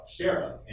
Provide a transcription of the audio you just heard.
sheriff